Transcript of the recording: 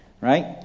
right